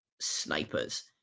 snipers